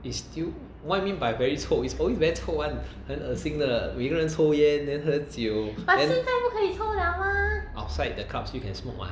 is still what you mean by very 臭 is always very 臭 [one] 很恶心的每个人抽烟 then 喝酒 then outside the club still can smoke what